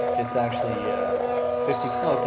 it's actually fifty. no it does,